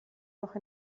noch